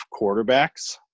quarterbacks